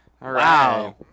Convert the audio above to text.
Wow